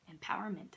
empowerment